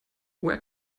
where